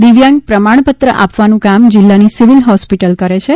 દિવ્યાંગ પ્રમાણપત્ર આપવાનું કામ જિલ્લાની સિવીલ હોસ્પિટલ કરે છે